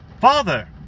Father